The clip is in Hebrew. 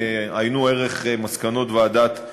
עיינו ערך: מסקנות ועדת מרדכי,